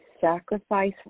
sacrifice